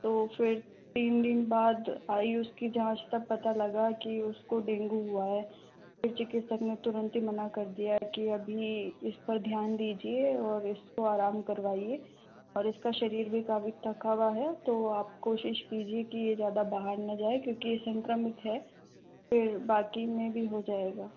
तो फिर तीन दिन बाद आई उसकी जाँच तब पता लगा कि उसको डेंगु हुआ है फिर चिकित्सक ने तुरंत ही मना कर दिया कि अभी इस पर ध्यान दीजिए और इसको आराम करवाइए और इसका शरीर भी काफी थका हुआ है तो आप कोशिश कीजिए कि ये ज़्यादा बाहर ना जाए क्योंकि ये संक्रमित है फिर बाकी में भी हो जाएगा